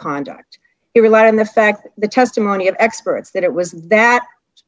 conduct it rely on the fact the testimony of experts that it was that